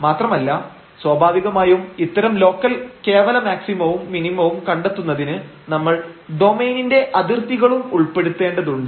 മാത്രമല്ല സ്വാഭാവികമായും ഇത്തരം ലോക്കൽ കേവല മാക്സിമവും മിനിമവും കണ്ടെത്തുന്നതിന് നമ്മൾ ഡൊമൈനിന്റെ അതിർത്തികളും ഉൾപ്പെടുത്തേണ്ടതുണ്ട്